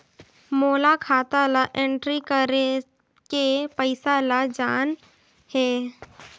मोला खाता ला एंट्री करेके पइसा ला जान हे?